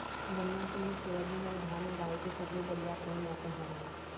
गन्ना, तिल, सोयाबीन अऊ धान उगाए के सबले बढ़िया कोन मौसम हवये?